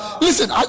Listen